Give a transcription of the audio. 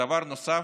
ודבר נוסף,